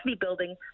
building